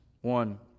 One